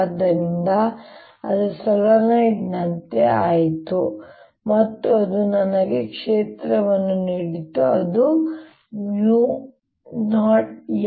ಆದ್ದರಿಂದ ಅದು ಸೊಲೀನಾಯ್ಡ್ ನಂತೆ ಆಯಿತು ಮತ್ತು ಅದು ನನಗೆ ಕ್ಷೇತ್ರವನ್ನು ನೀಡಿತು ಅದು M